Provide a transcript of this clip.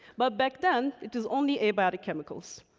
but back then, it is only abiotic chemicals.